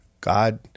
God